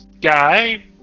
guy